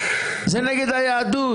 זה נגד היהדות.